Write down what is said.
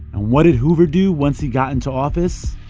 what did hoover do once he got into office?